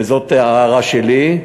וזאת הערה שלי,